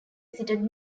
visited